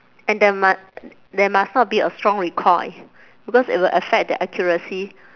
and there mu~ there must not be a strong recoil because it will affect the accuracy